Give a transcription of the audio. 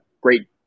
Great